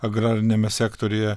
agrariniame sektoriuje